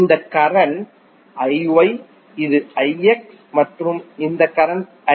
இந்த கரண்ட் இது மற்றும் இந்த கரண்ட் I